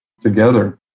together